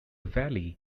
valley